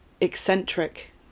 eccentric